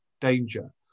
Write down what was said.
danger